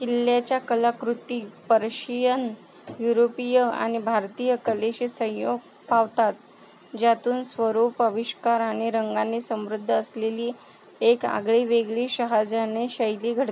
किल्ल्याच्या कलाकृती पर्शियन युरोपीय आणि भारतीय कलेशी संयोग पावतात ज्यातून स्वरूप आविष्कार आणि रंगांनी समृद्ध असलेली एक आगळीवेगळी शहाजहानी शैली घडते